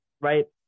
right